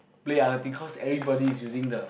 play other thing because everybody is using the